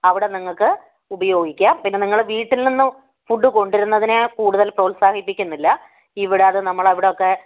അവിടെ നിങ്ങള്ക്ക് ഉപയോഗിക്കാം പിന്നെ നിങ്ങള് വീട്ടിൽ നിന്നും ഫുഡ് കൊണ്ടുവരുന്നതിനേ കൂടുതൽ പ്രോത്സാഹിപ്പിക്കുന്നില്ല ഇവിടെ അത് നമ്മളവിടൊക്കെ